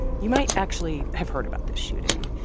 you might actually have heard about this shooting.